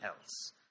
else